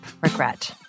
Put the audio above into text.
regret